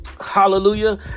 Hallelujah